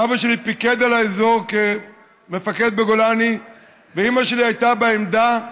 אבא שלי פיקד על האזור כמפקד בגולני ואימא שלי הייתה בעמדה,